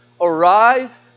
Arise